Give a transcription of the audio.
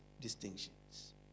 distinctions